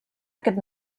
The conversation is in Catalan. aquest